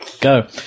Go